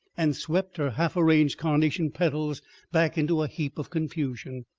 and swept her half-arranged carnation petals back into a heap of confusion.